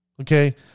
okay